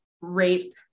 rape